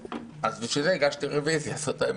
בשביל זה הגשתי רביזיה, זאת האמת.